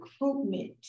recruitment